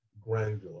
granular